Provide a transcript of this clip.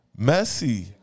Messi